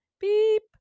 Beep